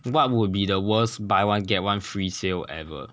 what would be the worst buy one get one free sale ever